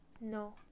No